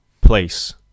place